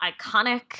iconic